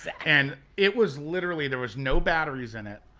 and it was literally, there was no batteries in it.